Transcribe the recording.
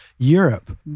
Europe